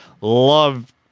love